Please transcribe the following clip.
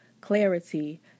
clarity